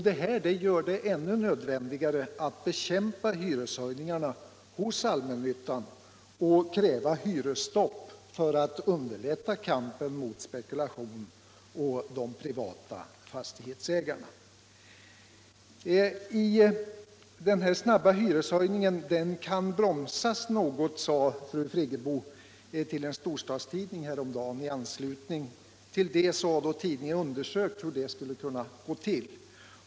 Detta gör det ännu nödvändigare att bekämpa hyreshöjningarna hos ”allmännyttan” och kräva hyresstopp för att underlätta kampen mot spekulationen och mot de privata fastighetsägarnas vinster. Den snabba hyreshöjningen kan bromsas något, sade fru Friggebo till en storstadstidning häromdagen. I anslutning till det har man på tidningen undersökt hur det skulle kunna gå till.